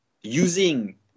using